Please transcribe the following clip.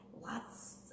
Lots